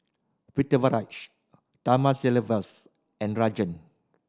Pritiviraj Thamizhavel and Rajan